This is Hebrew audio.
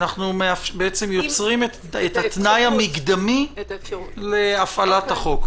אנחנו יוצרים את התנאי המקדמי להפעלת החוק.